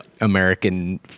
american